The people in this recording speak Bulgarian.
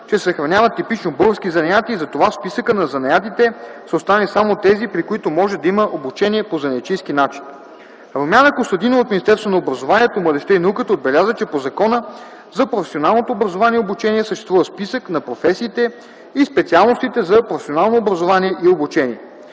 че се съхраняват типично български занаяти и затова в списъка на занаятите са останали само тези, при които може да има обучение по занаятчийски начин. Румяна Костадинова от Министерството на образованието, младежта и науката отбеляза, че по Закона за професионалното образование и обучение съществува списък на професиите и специалностите за професионално образование и обучение.